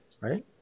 right